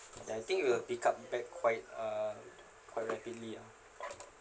ya I think we will pick up back quite uh quite rapidly ah